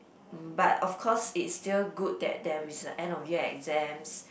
but of course it's still good that there is a end of year exams